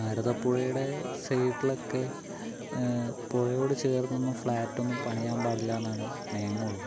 ഭാരതപ്പുഴയുടെ സൈഡിലൊക്കെ പുഴയോട് ചേർന്നൊന്നും ഫ്ലാറ്റൊന്നും പണിയാൻ പാടില്ലായെന്നാണ് നിയമം ഉള്ളത്